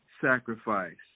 sacrifice